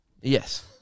Yes